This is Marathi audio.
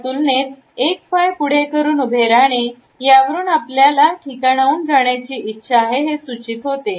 या तुलनेत एक पाय पुढे करून उभे राहणे यावरून आपल्याला ठिकाणाहून जाण्याची इच्छा आहे हे सूचित होते